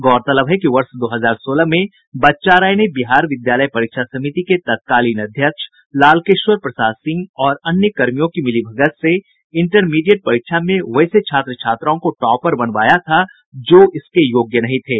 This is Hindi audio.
गौरतलब है कि वर्ष दो हजार सोलह में बच्चा राय ने बिहार विद्यालय परीक्षा समिति के तत्कालीन अध्यक्ष लालकेश्वर प्रसाद सिंह और अन्य कर्मियों की मिलीभगत से इंटरमीडिएट परीक्षा में वैसे छात्र छात्राओं को टॉपर बनावाया था जो इसके योग्य नहीं थे